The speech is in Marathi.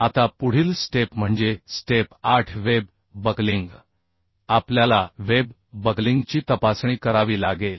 आता पुढील स्टेप म्हणजे स्टेप 8 वेब बकलिंग आपल्याला वेब बकलिंगची तपासणी करावी लागेल